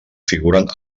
figuren